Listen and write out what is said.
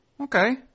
Okay